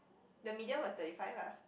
the medium was thirty five lah